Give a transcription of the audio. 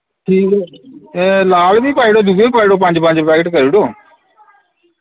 ठीक ऐ ए लाल वि पाई ओड़ो दुए वि पाई ओड़ो पंज पंज पैकेट करी ओड़ो